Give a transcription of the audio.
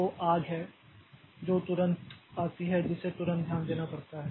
तो आग है जो तुरंत आती है जिसे तुरंत ध्यान देना पड़ता है